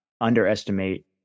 underestimate